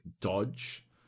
dodge